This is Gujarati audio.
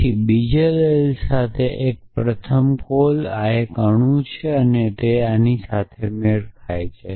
પછી બીજા દલીલ સાથે એક પછી પ્રથમ કોલ આ એક અણુ છે અને આ આ સાથે મેળ ખાય છે